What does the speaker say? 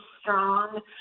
strong